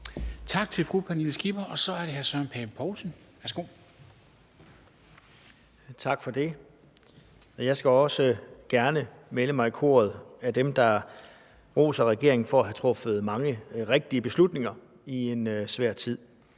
Pape Poulsen. Værsgo. Kl. 13:50 Spm. nr. US 57 Søren Pape Poulsen (KF): Tak for det. Jeg skal også gerne melde mig i koret af dem, der roser regeringen for at have truffet mange rigtige beslutninger i en svær tid.